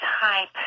type